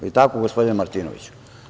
Jel tako, gospodine Martinoviću?